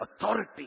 authority